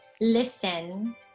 listen